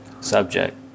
subject